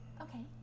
Okay